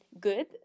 good